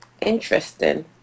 interesting